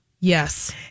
yes